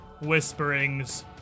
whisperings